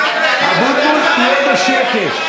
אבוטבול, תהיה בשקט.